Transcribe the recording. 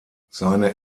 seine